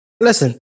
Listen